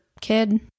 kid